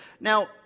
Now